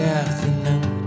afternoon